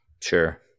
Sure